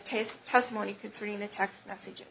taste testimony concerning the text messag